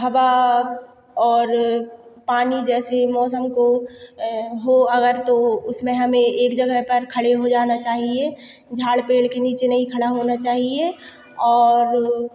हवा और पानी जैसे मौसम को हो अगर तो उसमें हमें एक जगह पर खड़े हो जाना चाहिए झाड़ पेड़ के नीचे नहीं खड़ा होना चाहिए और